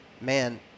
man